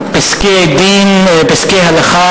פסקי הלכה